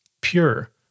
pure